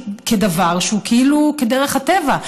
כדבר שהוא כאילו כדרך הטבע.